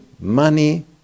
money